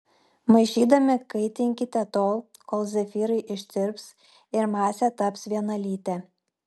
maišydami kaitinkite tol kol zefyrai ištirps ir masė taps vienalytė